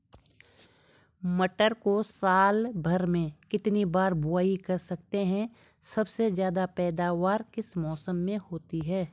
मटर को साल भर में कितनी बार बुआई कर सकते हैं सबसे ज़्यादा पैदावार किस मौसम में होती है?